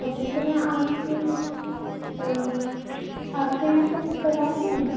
اچھا تو میں آپ کے آپ كے یہاں پر میں كل آجاؤں